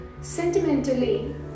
Sentimentally